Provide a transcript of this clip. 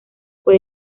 fue